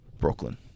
Brooklyn